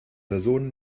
personen